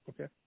Okay